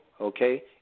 okay